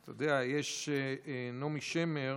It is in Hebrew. אתה יודע, נעמי שמר